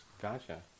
Gotcha